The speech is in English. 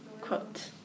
quote